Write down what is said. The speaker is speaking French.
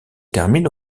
termine